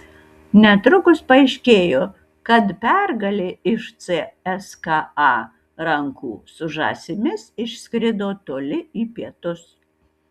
netrukus paaiškėjo kad pergalė iš cska rankų su žąsimis išskrido toli į pietus